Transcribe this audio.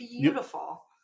beautiful